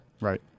Right